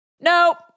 Nope